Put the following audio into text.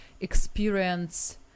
experience